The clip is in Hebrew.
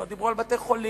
לא דיברו על בתי-חולים,